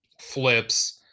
flips